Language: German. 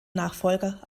nachfolger